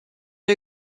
you